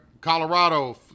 Colorado